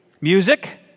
Music